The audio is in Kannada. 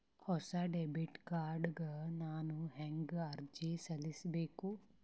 ಹೊಸ ಡೆಬಿಟ್ ಕಾರ್ಡ್ ಗ ನಾನು ಹೆಂಗ ಅರ್ಜಿ ಸಲ್ಲಿಸಬೇಕು?